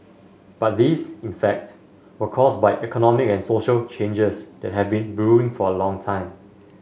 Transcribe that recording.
but these in fact were caused by economic and social changes that have been brewing for a long time